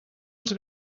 els